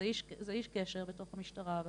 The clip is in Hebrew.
זה איש קשר בתוך המשטרה,